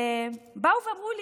ובאו ואמרו לי: